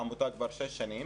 בעמותה כבר שש שנים,